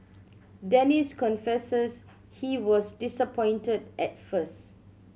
Dennis confesses he was disappointed at first